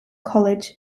college